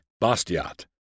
Bastiat